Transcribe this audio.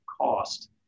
cost